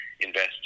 invest